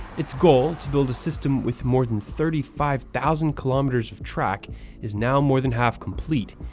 it's goal to build a system with more than thirty five thousand kilometers of track is now more than half complete,